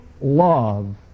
love